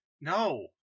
no